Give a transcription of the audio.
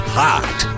hot